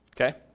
Okay